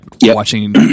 watching